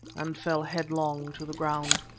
and fell headlong to the ground.